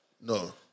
No